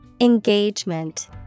Engagement